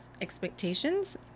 expectations